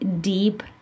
deep